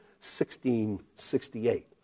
1668